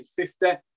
50